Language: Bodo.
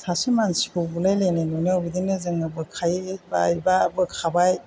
सासे मानसिखौ बुलायलायनाय नुनायाव बिदिनो जोङो बोखायो बा एबा बोखाबाय